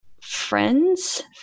friends